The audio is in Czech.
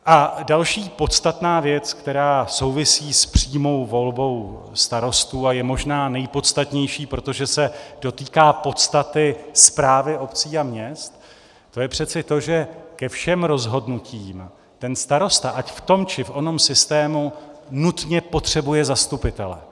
A další podstatná věc, která souvisí s přímou volbou starostů a je možná nejpodstatnější, protože se dotýká podstaty správy obcí a měst, a to je přeci to, že ke všem rozhodnutím starosta ať v tom, či onom systému nutně potřebuje zastupitele.